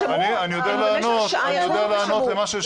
אתה --- אני יודע לענות למה ששאלתם.